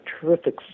terrific